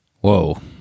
whoa